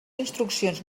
instruccions